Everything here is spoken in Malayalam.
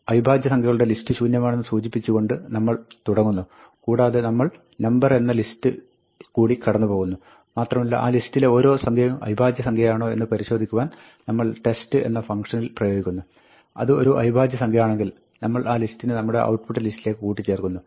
അവിഭാജ്യസംഖ്യകളുടെ ലിസ്റ്റ് ശൂന്യമാണെന്ന് സൂചിപ്പിച്ചുകൊണ്ട് നമ്മൾ തുടങ്ങുന്നു കൂടാതെ നമ്മൾ number എന്ന ലിസ്റ്റിൽ കൂടി കടന്നുപോകുന്നു മാത്രമല്ല ആ ലിസ്റ്റിലെ ഓരോ സംഖ്യയും അവിഭാജ്യസംഖ്യയാണോ എന്ന് പരിശോധിക്കുവാൻ നമ്മൾ test എന്ന ഫംങ്ക്ഷനിൽ പ്രയോഗിക്കുന്നു അത് ഒരു അവിഭാജ്യസംഖ്യയാണെങ്കിൽ നമ്മൾ ആ ലിസ്റ്റിനെ നമ്മുടെ ഔട്ട്പുട്ട് ലിസ്റ്റിലേക്ക് കൂട്ടിച്ചേർക്കുന്നു